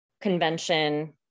convention